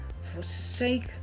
forsake